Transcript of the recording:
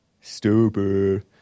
Stupid